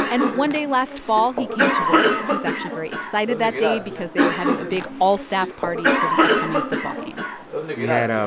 and one day last fall, he came to work. he was actually very excited that day because they were having a big all-staff party for the upcoming football game we had um